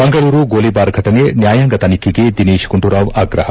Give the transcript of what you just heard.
ಮಂಗಳೂರು ಗೋಲಿಬಾರ್ಫಟನೆ ನ್ನಾಯಾಂಗ ತನಿಖೆಗೆ ದಿನೇತ್ ಗುಂಡೂರಾವ್ ಆಗ್ರಹ